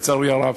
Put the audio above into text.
לצערי הרב.